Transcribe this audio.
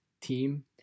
team